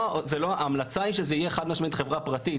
ההמלצה היא שזו תהיה חברה פרטית,